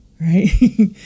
right